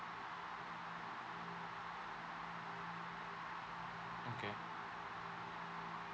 okay